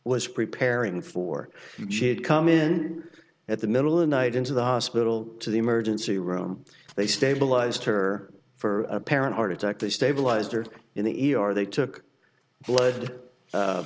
was preparing for she'd come in at the middle of night into the hospital to the emergency room they stabilized her for apparent heart attack they stabilized her in the e r they took blood